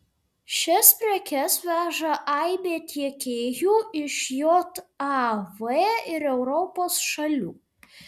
šias prekes veža aibė tiekėjų iš jav ir europos šalių